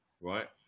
Right